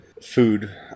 food